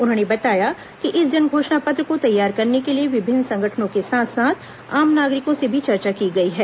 उन्होंने बताया कि इस जन घोषणा पत्र को तैयार करने के लिए विभिन्न संगठनों के साथ साथ आम नागरिकों से भी चर्चा की गई है